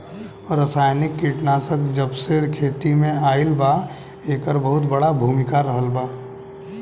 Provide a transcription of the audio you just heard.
रासायनिक कीटनाशक जबसे खेती में आईल बा येकर बहुत बड़ा भूमिका रहलबा